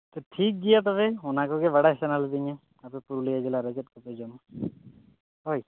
ᱟᱪᱪᱷᱟ ᱴᱷᱤᱠᱜᱮᱭᱟ ᱛᱚᱵᱮ ᱚᱱᱟ ᱠᱚᱜᱮ ᱵᱟᱰᱟᱭ ᱥᱟᱱᱟᱞᱤᱫᱤᱧᱟ ᱟᱯᱮ ᱯᱩᱨᱩᱞᱤᱭᱟᱹ ᱡᱮᱞᱟᱨᱮ ᱪᱮᱫ ᱠᱚᱯᱮ ᱡᱚᱢᱟ ᱦᱳᱭ